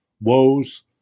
woes